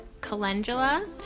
calendula